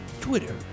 Twitter